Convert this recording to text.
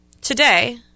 today